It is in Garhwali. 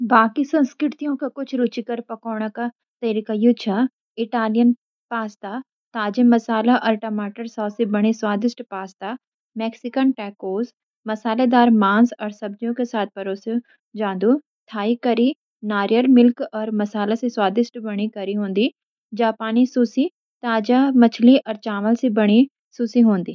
बाकी संस्कृतियों के कुछ रुचिकर पकाने के तरीके यो छ: इटालियन पास्ता: ताजे मसालों अर टमाटर सॉस से बनी स्वादिष्ट पास्ता। मैक्सिकन टैकोस: मसालेदार मांस अर सब्ज़ियों के साथ परोसा गया। थाई करी: नारियल मिल्क अर मसालों से बनी स्वादिष्ट करी। जापानी सुशी: ताजे मछली अर चावल से बनी सुशी।